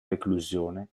reclusione